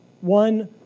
One